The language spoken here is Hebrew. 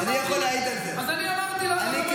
אז אמרתי -- אני יכול להעיד על זה.